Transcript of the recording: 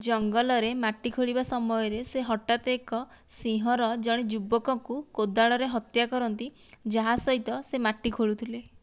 ଜଙ୍ଗଲରେ ମାଟି ଖୋଳିବା ସମୟରେ ସେ ହଠାତ ଏକ ସିଂହ ର ଜଣେ ଯୁବକଙ୍କୁ କୋଦାଳରେ ହତ୍ୟା କରନ୍ତି ଯାହା ସହିତ ସେ ମାଟି ଖୋଳୁଥିଲେ